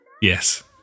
Yes